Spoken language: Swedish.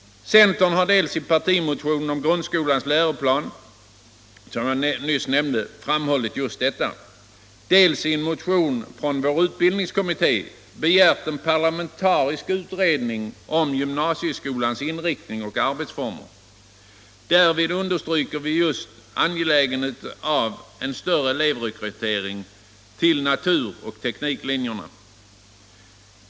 Centerpartiet har pekat på detta problem i partimotionen om grundskolans läroplan. Vi har vidare på förslag av vår utbildningskommitté begärt en parlamentarisk utredning om gymnasieskolans inriktning och arbetsformer. Där understryker vi just angelägenheten av en större elevrekrytering till naturvetenskapliga och tekniska linjer.